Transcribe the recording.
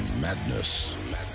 Madness